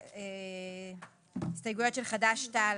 ההסתייגויות של חד"ש-תע"ל,